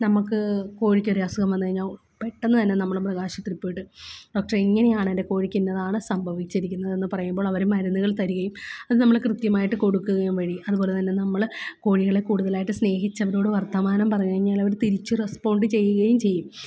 നമുക്ക് കോഴിക്ക് ഒരസുഖം വന്നുകഴിഞ്ഞാല് പെട്ടെന്നു തന്നെ നമ്മള് മൃഗാശുപത്രിയില് പോയിട്ട് ഡോക്ടറെ ഇങ്ങനെയാണെൻ്റെ കോഴിക്ക് ഇന്നതാണ് സംഭവിച്ചിരിക്കുന്നത് എന്ന് പറയുമ്പോൾ അവര് മരുന്നുകൾ തരികയും അത് നമ്മള് കൃത്യമായിട്ട് കൊടുക്കുകയും വഴി അതുപോലെ തന്നെ നമ്മള് കോഴികളെ കൂടുതലായിട്ട് സ്നേഹിച്ചവരോട് വർത്തമാനം പറഞ്ഞ് കഴിഞ്ഞാലവര് തിരിച്ച് റെസ്പോണ്ട് ചെയ്യുകയും ചെയ്യും